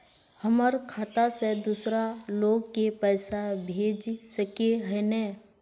हमर खाता से दूसरा लोग के पैसा भेज सके है ने?